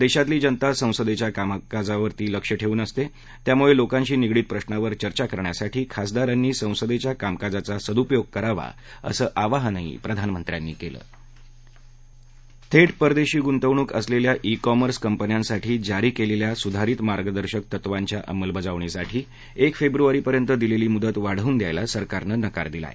देशातील जनता संसदेच्या कामकाजवर लक्ष ठेवून असते त्यामुळे लोकांशी निगडित प्रश्नांवर चर्चा करण्यासाठी खासदारांनी संसदेच्या कामकाजाचा सदऊपयोग करावा असं आवाहान देखील प्रधानमंत्र्यांनी केलं थेट परदेशी गुंतवणूक असलेल्या ई कॉमर्स कंपन्यांसाठी जारी केलेल्या सुधारित मार्गदर्शक तत्वांच्या अंमलबजावणीसाठी एक फेब्रुवारीपर्यंत दिलेली मुद्त वाढवून द्यायला सरकारनं नकार दिला आहे